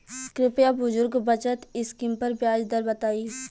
कृपया बुजुर्ग बचत स्किम पर ब्याज दर बताई